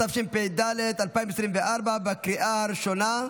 התשפ"ד 2024, בקריאה הראשונה.